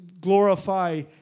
glorify